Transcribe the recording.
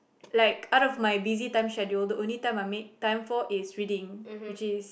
like out of my busy time schedule the only time I've made time for is reading which is